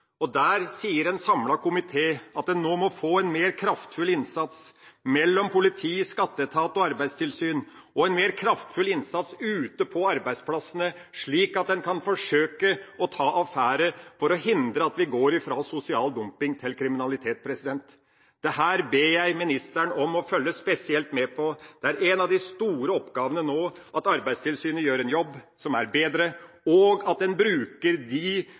en samlet komité sier at en nå må få en mer kraftfull innsats mellom politi, skatteetat og arbeidstilsyn, og en mer kraftfull innsats ute på arbeidsplassene, slik at en kan ta affære for å hindre at vi går fra sosial dumping til kriminalitet. Dette ber jeg ministeren om å følge spesielt med på. Én av de store oppgavene nå er at Arbeidstilsynet gjør en bedre jobb, og at en bruker de